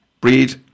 Breed